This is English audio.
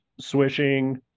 swishing